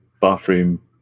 bathroom